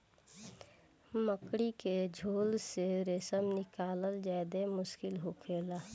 मकड़ी के झोल से रेशम निकालल ज्यादे मुश्किल होखेला